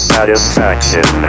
Satisfaction